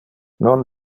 non